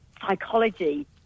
psychology